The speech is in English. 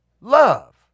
love